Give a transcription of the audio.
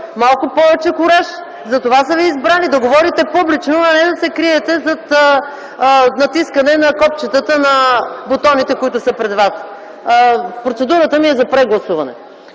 Малко повече кураж! Затова са ви избрали – да говорите публично, а не да се криете зад натискане на бутоните, които са пред вас. Процедурата ми е за прегласуване.